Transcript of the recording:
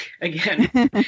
again